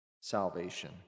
salvation